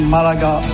Malaga